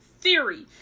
theory